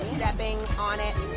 stepping on it.